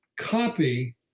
copy